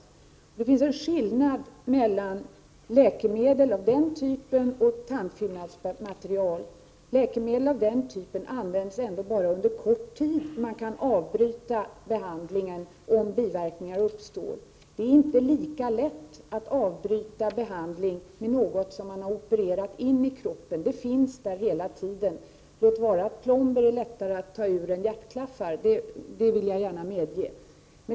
Men det finns en skillnad mellan läkemedel av den typen och tandfyllnadsmaterial: Läkemedel av den typen används ändå bara under kort tid, och man kan avbryta behandlingen om biverkningar uppstår. Det är inte lika lätt att avbryta ”behandling” med något som man har opererat in i kroppen; det finns där hela tiden, låt vara att plomber är lättare att ta ut än hjärtklaffar — det vill jag gärna medge.